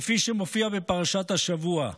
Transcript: כפי שמופיע בפרשת השבוע,